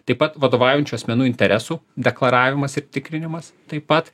taip pat vadovaujančių asmenų interesų deklaravimas ir tikrinimas taip pat